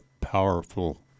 powerful